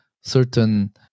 Certain